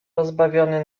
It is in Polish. rozbawiony